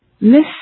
Miss